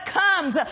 comes